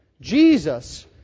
Jesus